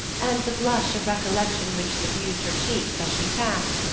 and the blush of recollection which suffused her cheeks as she passed,